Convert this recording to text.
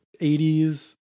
80s